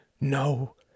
No